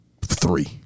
three